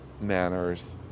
manners